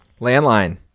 Landline